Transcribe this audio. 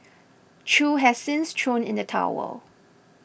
chew has since thrown in the towel